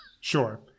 Sure